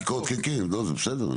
כן, כן, לא, זה בסדר.